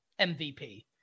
MVP